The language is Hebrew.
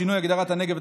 שינוי הגדרת הנגב),